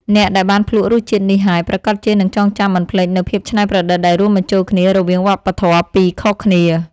អ្នកដែលបានភ្លក់រសជាតិនេះហើយប្រាកដជានឹងចងចាំមិនភ្លេចនូវភាពច្នៃប្រឌិតដែលរួមបញ្ចូលគ្នារវាងវប្បធម៌ពីរខុសគ្នា។